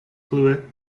plue